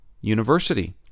University